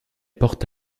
porte